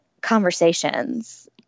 conversations